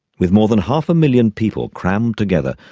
with more than half a million people crowded together,